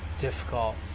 difficult